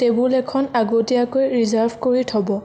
table এখন আগতীয়াকৈ reserve কৰি থব